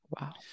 Wow